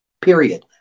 Period